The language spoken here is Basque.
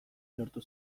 lortu